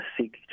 seek